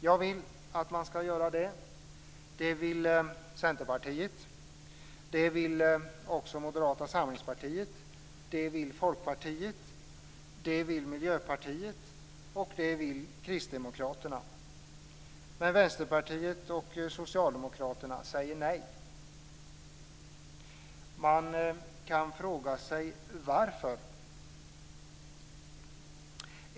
Jag vill att man skall göra det. Det vill Centerpartiet, det vill Miljöpartiet och det vill Kristdemokraterna. Men Vänsterpartiet och Socialdemokraterna säger nej. Man kan fråga sig varför.